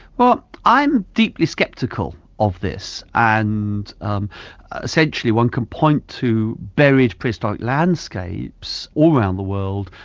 well i'm deeply sceptical of this. and um essentially one can point to buried prehistoric landscapes all around the world,